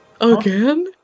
Again